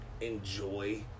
enjoy